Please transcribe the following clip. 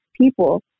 people